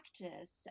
practice